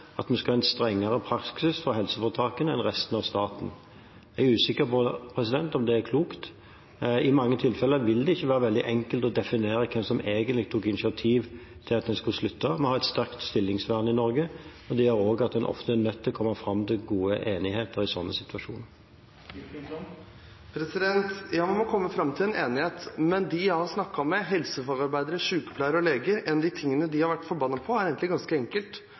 at vi skal ha en strengere praksis for helseforetakene enn for resten av staten. Jeg er usikker på om det er klokt. I mange tilfeller vil det ikke være så enkelt å definere hvem som egentlig tok initiativ til at en skulle slutte. Vi har et sterkt stillingsvern i Norge, og det gjør også at en ofte er nødt til å komme fram til god enighet i sånne situasjoner. Ja, man må komme fram til en enighet, men noe av det de jeg har snakket med – helsefagarbeidere, sykepleiere og leger – har vært forbannet på, er egentlig ganske enkelt: